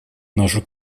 нашу